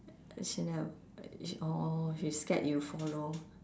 she never sh~ orh she scared you follow